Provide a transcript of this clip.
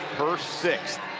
her sixth.